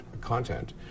content